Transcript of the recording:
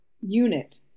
unit